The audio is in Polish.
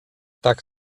tak